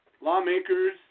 lawmakers